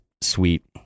sweet